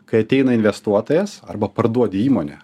kai ateina investuotojas arba parduodi įmonę